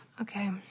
Okay